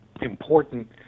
important